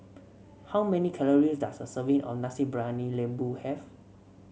how many calories does a serving of Nasi Briyani Lembu have